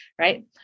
Right